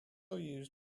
used